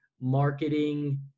marketing